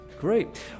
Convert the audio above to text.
great